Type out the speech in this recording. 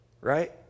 Right